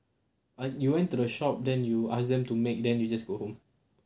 !huh! you went to the shop then you ask them to make then you just go